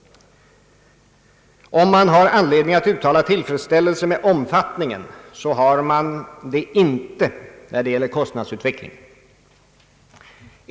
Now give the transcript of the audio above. Om man har anledning att uttala tillfredsställelse med omfattningen, så har man det inte vad gäller kostnadsutvecklingen.